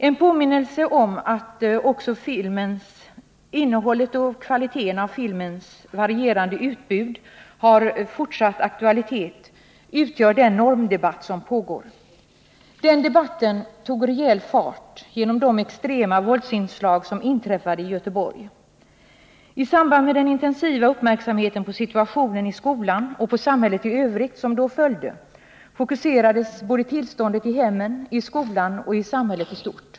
En påminnelse om att också innehållet i och kvaliteten hos filmens varierande utbud har fortsatt aktualitet utgör den normdebatt som pågår. Den debatten tog rejäl fart genom de extrema våldsinslag som inträffade i Göteborg. I samband med den intensiva uppmärksamhet på situationen i skolan och på samhället i övrigt som då följde fokuserades tillståndet i hemmen, i skolan och i samhället i stort.